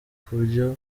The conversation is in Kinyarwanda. kubyo